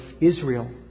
Israel